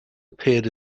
appeared